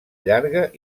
llarga